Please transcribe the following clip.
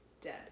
Dead